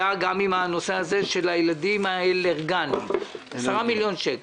היה גם עם הנושא הזה של הילדים האלרגנים 10 מיליון שקלים.